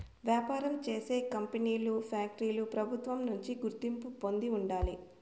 వ్యాపారం చేసే కంపెనీలు ఫ్యాక్టరీలు ప్రభుత్వం నుంచి గుర్తింపు పొంది ఉండాలి